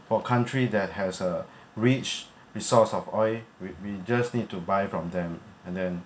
for country that has a rich resource of oil we we just need to buy from them and then